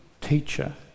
teacher